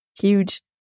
huge